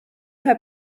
ühe